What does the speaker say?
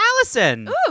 Allison